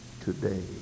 today